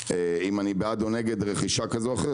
אם אני בעד או נגד רכישה כזו או אחרת,